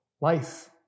life